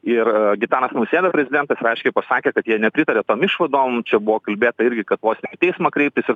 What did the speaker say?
ir gitanas nausėda prezidentas yra aiškiai pasakę kad jie nepritaria tom išvadom čia buvo kalbėta irgi kad vos teismą kreiptis